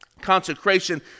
consecration